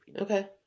Okay